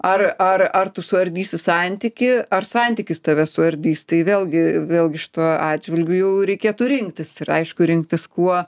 ar ar ar tu suardysi santykį ar santykis tave suardys tai vėlgi vėlgi šituo atžvilgiu jau reikėtų rinktis ir aišku rinktis kuo